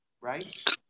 right